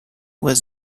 was